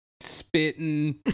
spitting